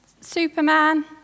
Superman